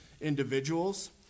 individuals